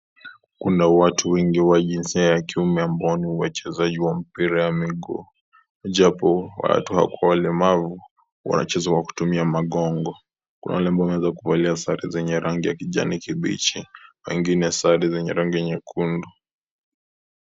Kuna watu wengi wa jinsia ya kiume ambao ni wachezaji wa mpira wa miguu. Japo watu hawa kuwa walemavu, wanacheza wa kutumia magongo. Kuna wale ambao wameweza kuvalia sare zenye rangi ya kijani kibichi, wengine sare zenye rangi nyekundu.